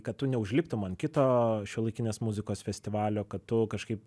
kad tu neužliptum ant kito šiuolaikinės muzikos festivalio kad tu kažkaip